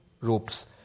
ropes